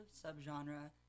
subgenre